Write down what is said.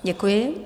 Děkuji.